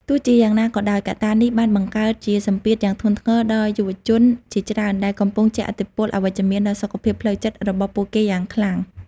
ទោះជាយ៉ាងណាក៏ដោយ កត្តានេះបានបង្កើតជាសម្ពាធយ៉ាងធ្ងន់ធ្ងរដល់យុវជនជាច្រើន ដែលកំពុងជះឥទ្ធិពលអវិជ្ជមានដល់សុខភាពផ្លូវចិត្តរបស់ពួកគេយ៉ាងខ្លាំង។